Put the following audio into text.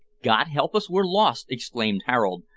god help us, we're lost! exclaimed harold,